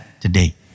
today